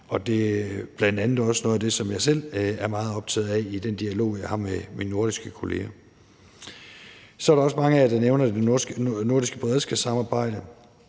det er bl.a. også noget af det, som jeg selv er meget optaget af i den dialog, jeg har med mine nordiske kolleger. Så er der også mange af jer, der nævner det nordiske beredskabssamarbejde,